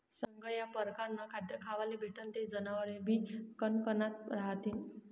सगया परकारनं खाद्य खावाले भेटनं ते जनावरेबी कनकनात रहातीन